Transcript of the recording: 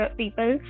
people